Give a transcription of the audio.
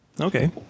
Okay